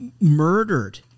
murdered